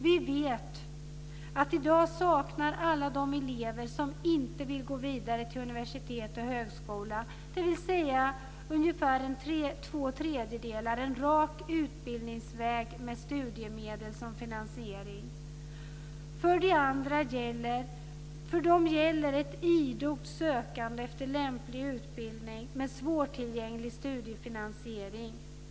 Vi vet att i dag saknar alla de elever som inte vill gå vidare till universitet och högskola, dvs. ungefär två tredjedelar, en rak utbildningsväg med studiemedel som finansiering. För dem gäller ett idogt sökande efter lämplig utbildning med svårtillgänglig studiefinansiering.